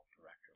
director